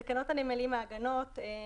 תקנות הנמלים (מעגנות)